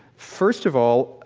first of all,